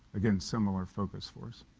again, similar focus for us.